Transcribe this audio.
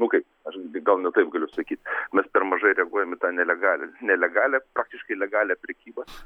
nu kaip aš gal ne taip galiu sakyt mes per mažai reaguojam į tą nelegalią nelegalią praktiškai legalią prekybą